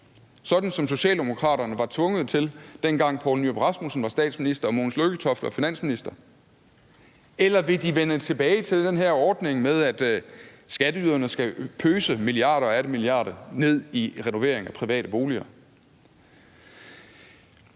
sådan som Socialdemokraterne var tvunget til, dengang Poul Nyrup Rasmussen var statsminister og Mogens Lykketoft var finansminister? Eller vil de vende tilbage til den her ordning med, at skatteyderne skal pøse milliarder og atter milliarder af kroner ned i renovering af private boliger?